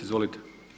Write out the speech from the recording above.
Izvolite.